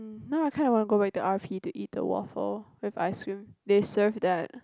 now I kind of wanna go back to R_P to eat the waffle with ice cream they serve that